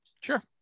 Sure